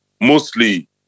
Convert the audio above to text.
mostly